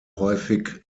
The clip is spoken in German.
häufig